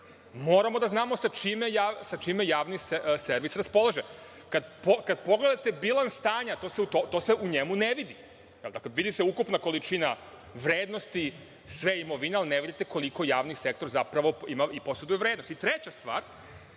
Moramo da znamo sa čime javni servis raspolaže. Kada pogledate bilans stanja, to se u njemu ne vidi. Vidi se ukupna količina vrednosti imovine, ali ne vidite koliko javni servis zapravo poseduje vrednosti. Treća stvar